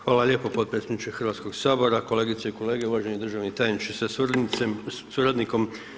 Hvala lijepo potpredsjedniče Hrvatskog sabora, kolegice i kolege, uvaženi državni tajniče sa suradnikom.